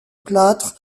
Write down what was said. plâtre